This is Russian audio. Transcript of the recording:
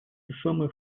весомый